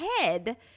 head